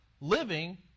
living